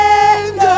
end